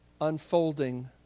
unfolding